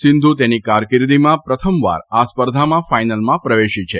સિંધુ તેની કારકીર્દીમાં પ્રથમવાર આ સ્પર્ધામાં ફાઇનલમાં પ્રવેશી છે